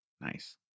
Nice